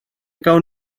gawn